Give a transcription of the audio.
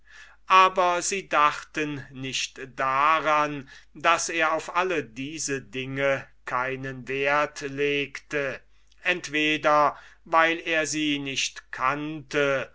aber sie dachten nicht daran daß er auf alle diese dinge keinen wert legte entweder weil er sie nicht kannte